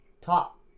top